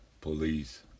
police